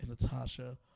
Natasha